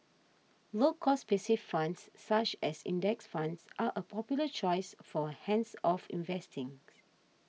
low cost passive funds such as index funds are a popular choice for hands off investing